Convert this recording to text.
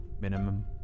minimum